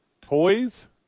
toys